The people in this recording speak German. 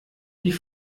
die